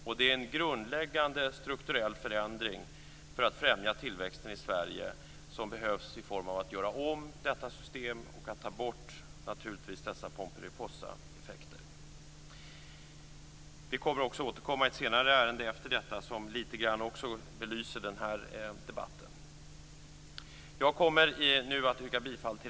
Det behövs en grundläggande strukturell förändring för att främja tillväxten i Sverige, dvs. göra om detta system och ta bort Pomperipossaeffekterna. Vi kommer att återkomma i ett senare ärende och belysa den här debatten. Jag yrkar bifall till reservation 3.